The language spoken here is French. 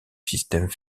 système